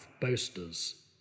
boasters